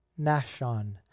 Nashon